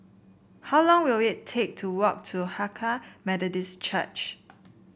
how long will it take to walk to Hakka Methodist Church